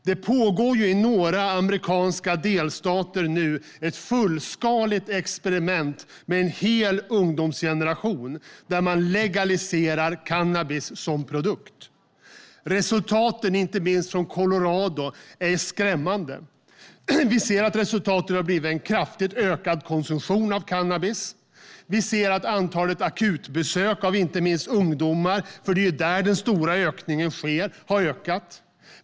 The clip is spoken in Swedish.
Det pågår i några amerikanska delstater ett fullskaligt experiment med en hel ungdomsgeneration, där man legaliserar cannabis som produkt. Resultaten, inte minst från Colorado, är skrämmande. Resultatet har blivit en kraftigt ökad konsumtion av cannabis. Vi ser att antalet akutbesök av ungdomar, för det är ju där den stora ökningen sker, har ökat.